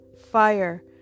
fire